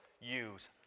use